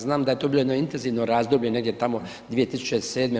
Znam da je to bilo jedno intenzivno razdoblje, negdje tamo 2007,